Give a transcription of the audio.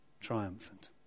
triumphant